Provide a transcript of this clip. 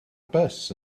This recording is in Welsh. bws